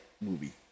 movie